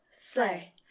sleigh